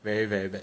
very very bad